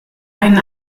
einen